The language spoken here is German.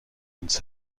uns